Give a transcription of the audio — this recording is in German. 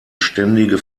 ständige